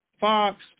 Fox